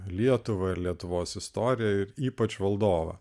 lietuvą ir lietuvos istoriją ir ypač valdovą